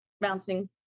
bouncing